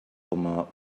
coma